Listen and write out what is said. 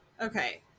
okay